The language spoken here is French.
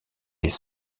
des